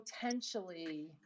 potentially